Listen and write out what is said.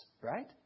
right